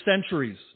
centuries